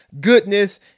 goodness